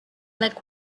leg